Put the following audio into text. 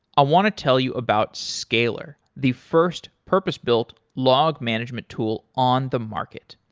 i want to tell you about scalyr, the first purpose-built log management tool on the market.